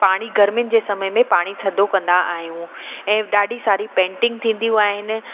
पाणी गर्मियुनि जे समय में पाणी थधो कंदा आहियूं ऐं ॾाढी सारी पेंटिंग थींदियूं आहिनि